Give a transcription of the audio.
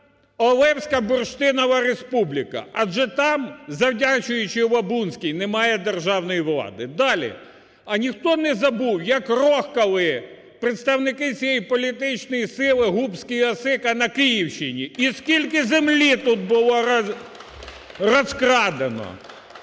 Олевська бурштинова республіка, адже там, завдячуючи Лабунській, немає державної влади. Далі. А ніхто не забув як рохкали представники цієї політичної сили Губський і Осика на Київщині? І скільки землі тут було розкрадено?